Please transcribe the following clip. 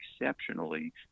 exceptionally